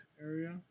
area